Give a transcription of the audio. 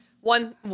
One